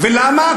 ולמה?